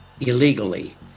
illegally